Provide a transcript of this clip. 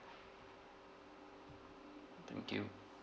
thank you